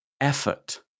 effort